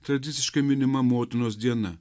tradiciškai minima motinos diena